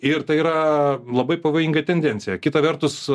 ir tai yra labai pavojinga tendencija kita vertus